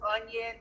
onion